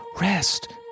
Rest